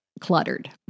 cluttered